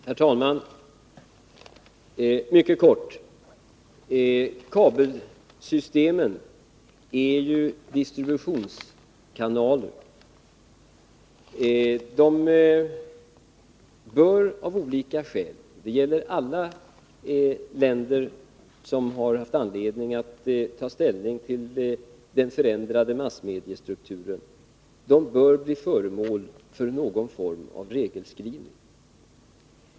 Herr talman! Mycket kort: Kabelsystemen är distributionskanaler. De bör av olika skäl— det gäller i alla länder som haft anledning att ta ställning till den förändrade massmediestrukturen — bli föremål för någon form av regelskrivning.